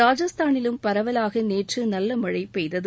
ராஜஸ்தானிலும் பரவலாக நேற்று நல்ல மழை பெய்தது